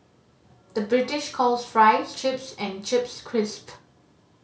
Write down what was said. the British calls fries chips and chips crisps